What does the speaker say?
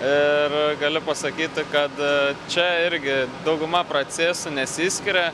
ir galiu pasakyti kad čia irgi dauguma procesų nesiskiria